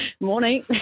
Morning